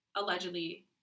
allegedly